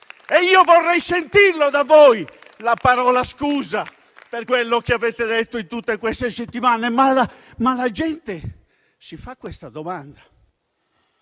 Vorrei sentire da voi la parola scusa per quello che avete detto in tutte queste settimane. La gente si fa questa domanda: